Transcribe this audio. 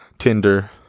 Tinder